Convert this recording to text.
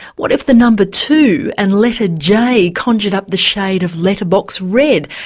what if the number two and letter j conjured up the shade of letterbox red,